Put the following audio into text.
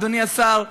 אדוני השר,